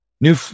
new